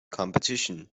competition